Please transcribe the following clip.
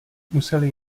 museli